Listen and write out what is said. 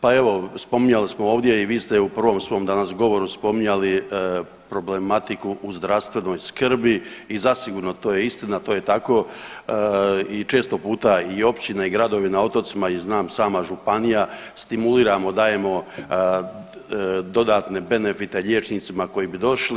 Pa evo spominjali smo ovdje i vi ste u prvom svom danas govoru spominjali problematiku u zdravstvenoj skrbi i zasigurno to je istina, to je tako i često puta i općine i gradovi na otocima i znam sama županija stimuliramo i dajemo dodatne benefite liječnicima koji bi došli.